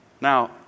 Now